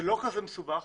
זה לא כזה מסובך,